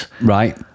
Right